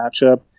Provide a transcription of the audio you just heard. matchup